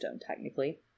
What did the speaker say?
technically